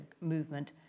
movement